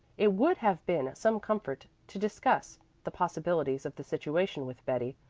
it would have been some comfort to discuss the possibilities of the situation with betty,